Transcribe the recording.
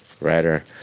writer